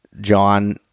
John